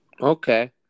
Okay